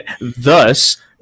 Thus